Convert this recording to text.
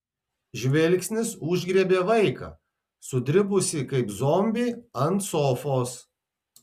žvilgsnis užgriebė vaiką sudribusį kaip zombį ant sofos